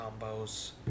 combos